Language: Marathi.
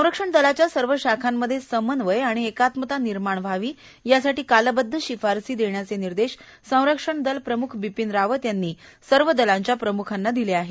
संरक्षण दलाच्या सर्व शाखांमध्ये समन्वय आणि एकात्मता निर्माण व्हावी यासाठी कालबद्ध शिफारसी देण्याचे निर्देश संरक्षण दल प्रमुख बिपीन रावत यांनी सर्व दलांच्या प्रमुखांना दिले आहेत